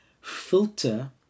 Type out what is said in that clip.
filter